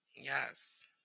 Yes